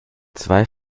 zwei